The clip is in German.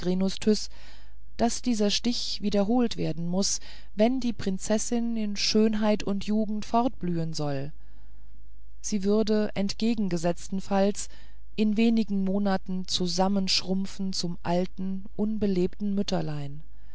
daß dieser stich wiederholt werden muß wenn die prinzessin in schönheit und jugend fortblühen soll sie würde entgegengesetzten falls in wenigen monaten zusammenschrumpfen zum alten abgelebten mütterlein